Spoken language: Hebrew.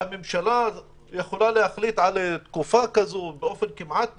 שהממשלה יכולה להחליט על תקופה כזו באופן כמעט בלעדי.